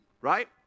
right